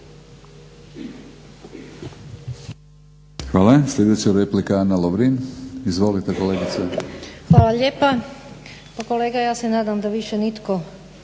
Hvala. Sljedeća replika Ana Lovrin. Izvolite kolegice. **Lovrin, Ana (HDZ)** Hvala lijepa. Pa kolega ja se nadam da više nitko